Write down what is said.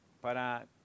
para